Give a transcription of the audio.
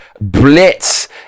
blitz